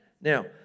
Now